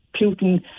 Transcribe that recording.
Putin